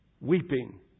Weeping